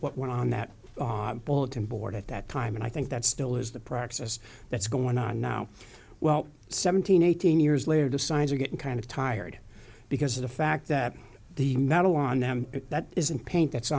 what went on that bulletin board at that time and i think that still is the practice that's going on now well seventeen eighteen years later the signs are getting kind of tired because of the fact that the metal on them that isn't paint that's